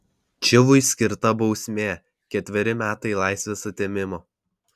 čivui skirta bausmė ketveri metai laisvės atėmimo